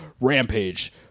Rampage